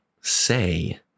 say